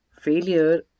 Failure